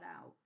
out